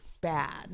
bad